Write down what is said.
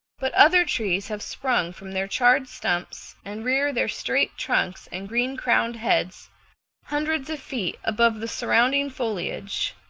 but other trees have sprung from their charred stumps, and rear their straight trunks and green-crowned heads hundreds of feet above the surrounding foliage.